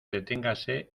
deténgase